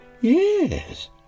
Yes